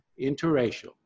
interracial